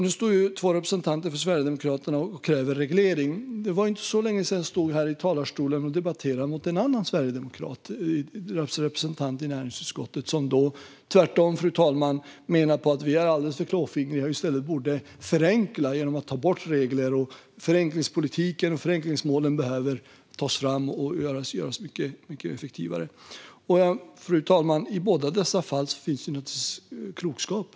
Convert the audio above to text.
Nu står två representanter för Sverigedemokraterna och kräver reglering. Det var inte så länge sedan jag stod här i talarstolen och debatterade mot en av Sverigedemokraternas representanter i näringsutskottet, som tvärtom, fru talman, menade att vi är alldeles för klåfingriga och i stället borde förenkla genom att ta bort regler. Förenklingspolitiken och förenklingsmålen behöver tas fram och göras mycket effektivare, menade man. Fru talman! I båda dessa fall finns naturligtvis klokskap.